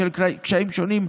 בשל קשיים שונים,